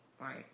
right